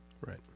Right